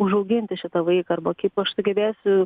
užauginti šitą vaiką arba kaip aš sugebėsiu